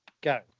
Go